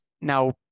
Now